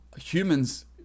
humans